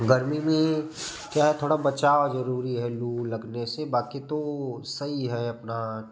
गर्मी में क्या है थोड़ा बचाव जरूरी है लू लगाने से बाकी तो सही है अपना